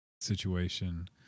situation